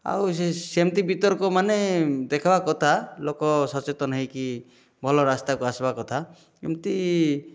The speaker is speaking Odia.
ଆଉ ସେମିତି ବିତର୍କମାନେ ଦେଖିବା କଥା ଲୋକ ସଚେତନ ହୋଇକି ଭଲରାସ୍ତାକୁ ଆସିବା କଥା ଏମିତି